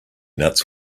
nuts